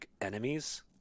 enemies